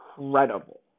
incredible